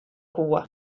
koe